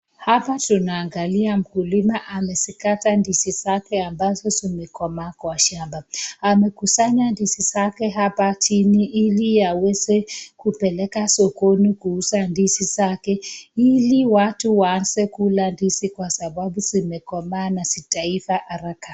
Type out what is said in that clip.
Hapa tunaangalia mkulima amezikata ndizi zake ambazo zimekomaa kwa shamba. Amekusanya ndizi zake hapa chini ili aweze kupeleka sokoni kuuza ndizi zake ili watu waanze kula ndizi kwa sababu zimekomaa sitaiva haraka.